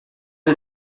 est